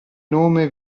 nome